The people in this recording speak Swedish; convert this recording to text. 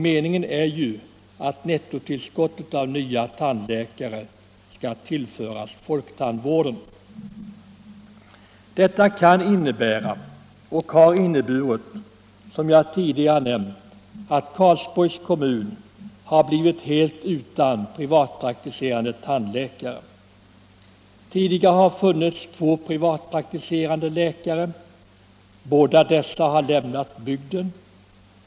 Meningen är att nettotillskottet av nya tandläkare skall tillföras folktandvården. Detta kan innebära — och har inneburit, som jag tidigare nämnt — att Karlsborgs kommun har blivit helt utan privatpraktiserande tandläkare. Tidigare har där funnits två privatpraktiserande tandläkare, men båda dessa har lämnat bygden.